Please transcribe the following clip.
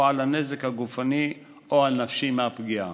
או על הנזק הגופני או הנפשי מהפגיעה.